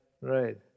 right